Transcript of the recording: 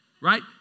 Right